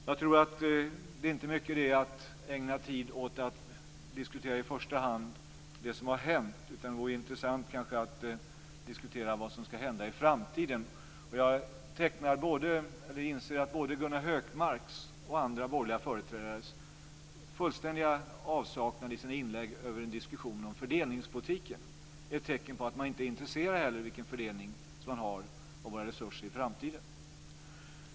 Jag tror inte att det är någon idé att i första hand ägna tid åt att diskutera det som har hänt. Det vore i stället intressant att diskutera vad som ska hända i framtiden. Jag inser att både Gunnar Hökmarks och andra borgerliga företrädares fullständiga avsaknad i sina inlägg av en diskussion om fördelningspolitiken är ett tecken på att man inte är intresserad av vilken fördelning vi har av våra resurser i framtiden.